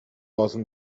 олон